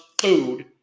food